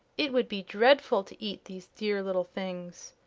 it would be dreadful to eat these dear little things.